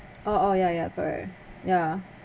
oh oh yeah yeah correct yeah